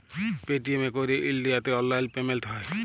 Paytm এ ক্যইরে ইলডিয়াতে অললাইল পেমেল্ট হ্যয়